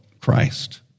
Christ